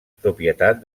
propietat